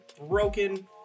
broken